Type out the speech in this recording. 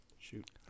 Shoot